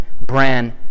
brand